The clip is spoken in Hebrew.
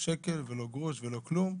לא שקל, לא גרוש ולא כלום.